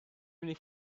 many